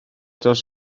dros